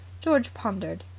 george pondered.